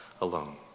alone